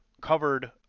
covered